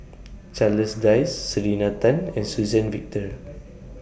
Charles Dyce Selena Tan and Suzann Victor